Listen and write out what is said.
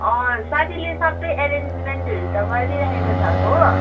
अँ साथीले सबै एरेन्जमेन्टहरू त गरिदिइराखेको छ त हो